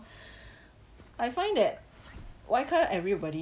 I find that why can't everybody